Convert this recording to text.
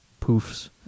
poofs